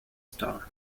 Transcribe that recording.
star